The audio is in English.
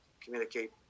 communicate